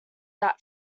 that